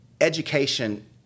education